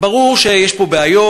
ברור שיש פה בעיות,